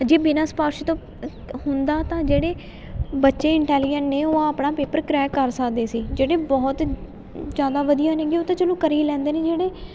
ਜੇ ਬਿਨਾਂ ਸਿਫਾਰਿਸ਼ ਤੋਂ ਹੁੰਦਾ ਤਾਂ ਜਿਹੜੇ ਬੱਚੇ ਇੰਟੈਲੀਜੈਂਟ ਨੇ ਉਹ ਆਪਣਾ ਪੇਪਰ ਕਰੈਕ ਕਰ ਸਕਦੇ ਸੀ ਜਿਹੜੇ ਬਹੁਤ ਜ਼ਿਆਦਾ ਵਧੀਆ ਨੇਗੇ ਉਹ ਤਾਂ ਚਲੋ ਕਰੀ ਲੈਂਦੇ ਨੇ ਜਿਹੜੇ